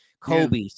Kobe